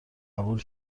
قبول